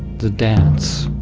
the dance,